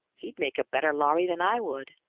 he'd make a better lhari than i would.